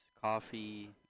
coffee